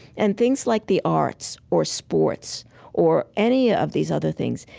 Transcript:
and things like the arts or sports or any of these other things,